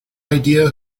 idea